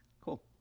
Cool